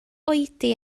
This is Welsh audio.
oedi